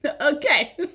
okay